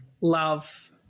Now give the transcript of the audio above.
love